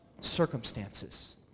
circumstances